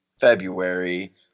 February